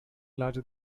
larger